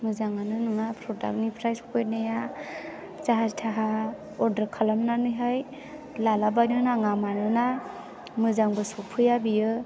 मोजाङानो नङा फ्रदाक्ट सफैनाया जाहा थाहा अर्दार खालामनानैहाय लाला बायनो नाङा मानोना मोजांबो सफैया बेयो